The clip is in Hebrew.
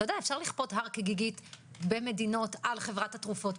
אפשר לכפות הר כגיגית במדינות על חברת התרופות.